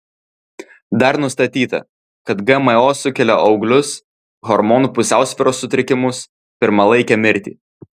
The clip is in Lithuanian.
dar nustatyta kad gmo sukelia auglius hormonų pusiausvyros sutrikimus pirmalaikę mirtį